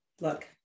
look